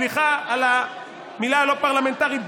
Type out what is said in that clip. סליחה על המילה הלא-פרלמנטרית,